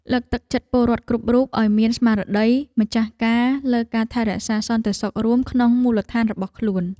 លើកទឹកចិត្តពលរដ្ឋគ្រប់រូបឱ្យមានស្មារតីម្ចាស់ការលើការថែរក្សាសន្តិសុខរួមក្នុងមូលដ្ឋានរបស់ខ្លួន។